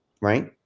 right